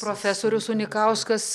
profesorius unikauskas